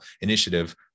Initiative